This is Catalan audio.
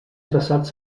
traçats